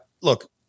look